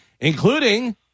including